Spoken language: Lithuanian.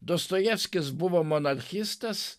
dostojevskis buvo monarchistas